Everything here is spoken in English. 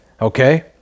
okay